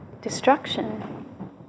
destruction